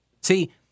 See